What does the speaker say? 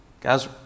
guys